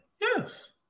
Yes